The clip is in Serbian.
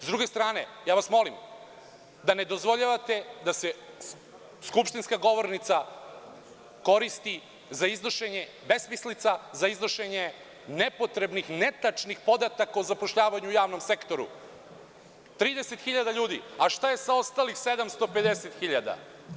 S druge strane, molim vas da ne dozvoljavate da se skupštinska govornica koristi za iznošenje besmislica, za iznošenje nepotrebnih i netačnih podataka o zapošljavanju u javnom sektoru, 30 hiljada ljudi, a šta je sa ostalih 750 hiljada?